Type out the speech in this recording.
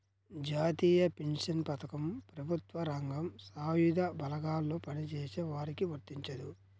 జాతీయ పెన్షన్ పథకం ప్రభుత్వ రంగం, సాయుధ బలగాల్లో పనిచేసే వారికి వర్తించదు